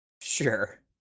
Sure